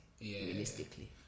realistically